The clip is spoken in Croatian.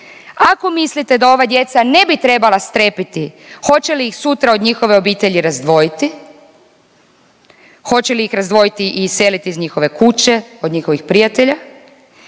ako mislite da ova djeca ne bi trebala strepiti hoće li ih sutra od njihove obitelji razdvojiti, hoće li ih razdvojiti i iseliti iz njihove kuće, od njihovih prijatelja,